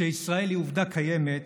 כשישראל היא עובדה קיימת,